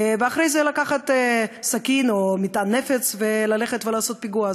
ואחרי זה לקחת סכין או מטען נפץ וללכת לעשות פיגוע.